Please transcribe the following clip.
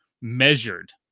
measured